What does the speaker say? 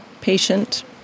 patient